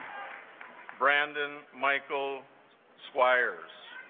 brandon michael swire's